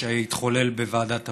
שהתחולל בוועדת הפנים.